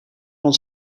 ons